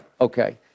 Okay